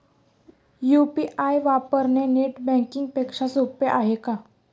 UPI वापरणे net banking पेक्षा सोपे आहे का?